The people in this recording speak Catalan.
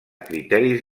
criteris